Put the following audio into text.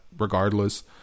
regardless